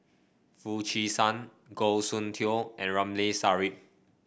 Foo Chee San Goh Soon Tioe and Ramli Sarip